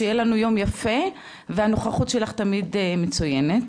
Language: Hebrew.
שיהיה לנו יום יפה והנוכחות שלך תמיד מצוינת.